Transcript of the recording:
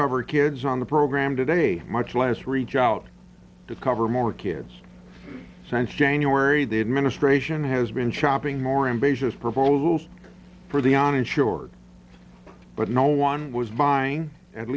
cover kids on the program today much less reach out to cover more kids since january the administration has been chopping more ambitious proposals for the uninsured but no one was buying at